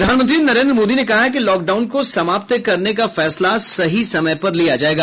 प्रधानमंत्री नरेन्द्र मोदी ने कहा है कि लॉकडाउन को समाप्त करने का फैसला सही समय पर लिया जायेगा